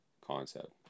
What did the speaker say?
concept